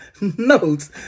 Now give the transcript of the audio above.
notes